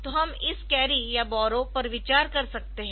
तो हम इस कैरी या बॉरो पर विचार कर सकते है